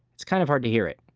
it's kind of hard to hear it.